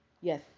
Yes